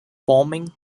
forming